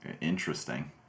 Interesting